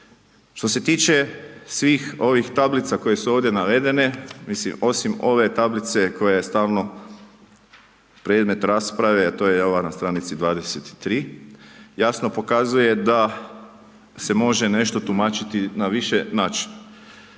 Što se tiče svih ovih tablica koje su ovdje navedene, mislim osim ove tablice koja je stalno predmet rasprave a to je ova na stranici 23, jasno pokazuje da se može nešto tumačiti na više načina.